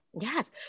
Yes